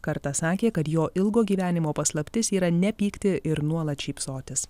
kartą sakė kad jo ilgo gyvenimo paslaptis yra nepykti ir nuolat šypsotis